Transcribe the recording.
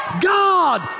God